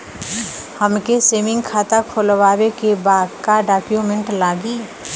हमके सेविंग खाता खोलवावे के बा का डॉक्यूमेंट लागी?